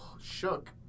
Shook